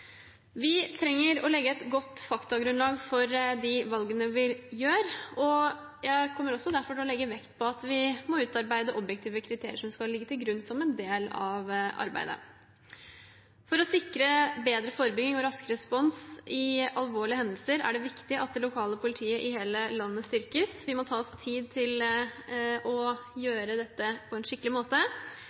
Vi trenger å legge et godt faktagrunnlag for de valgene vi tar. Jeg kommer derfor til å legge vekt på at vi må utarbeide objektive kriterier som skal ligge til grunn som en del av arbeidet. For å sikre bedre forebygging og raskere respons ved alvorlige hendelser er det viktig at det lokale politiet i hele landet styrkes. Vi må ta oss tid til å gjøre dette på en skikkelig måte,